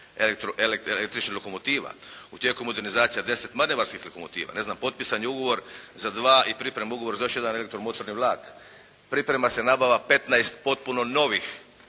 električnih lokomotiva, u tijeku je modernizacija deset manevarskih lokomotiva. Potpisan je ugovor za dva i u pripremi je ugovor za još jedan elektro-motorni vlak. Priprema se nabava petnaest potpuno novih